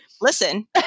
Listen